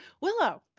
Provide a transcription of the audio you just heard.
Willow